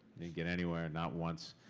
didn't get anywhere, not once.